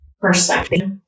perspective